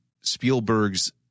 Spielberg's